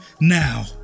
now